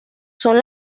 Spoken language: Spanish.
son